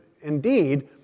indeed